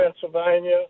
Pennsylvania